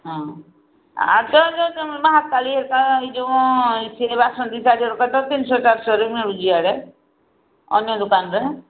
ହଁ ଆ ତ ଯେ ତମ ହକାଳି ହେ ଏକ ଏଇ ଯେଉଁ ସେ ବାସନ୍ତୀ ଶାଢ଼ୀ ହେରିକା ତ ତିନିଶହ ଚାରିଶହରେ ମିଳୁଛି ଆଡ଼େ ଅନ୍ୟ ଦୋକାନରେ